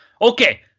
Okay